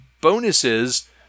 bonuses